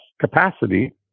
capacity